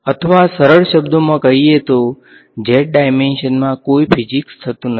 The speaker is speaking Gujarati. અથવા સરળ શબ્દોમાં કહીએ તો z ડાઈમેંશનમાં કોઈ ફીઝીક્સ થતું નથી